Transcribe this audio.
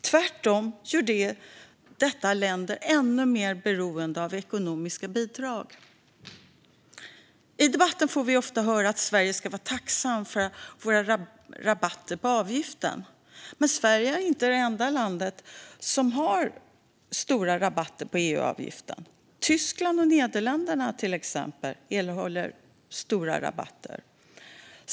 Tvärtom gör detta länderna ännu mer beroende av ekonomiska bidrag. I debatten hör vi ofta att vi i Sverige ska vara tacksamma för våra rabatter på avgiften. Men Sverige är inte det enda landet som har stora rabatter på EU-avgiften. Tyskland och Nederländerna, till exempel, erhåller stora rabatter.